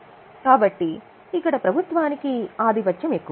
కాబట్టి ఇక్కడ ప్రభుత్వానికి ఆధిపత్యం ఎక్కువ